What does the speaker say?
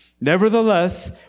Nevertheless